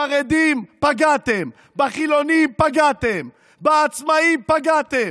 בחרדים פגעתם, בחילונים פגעתם, בעצמאים פגעתם,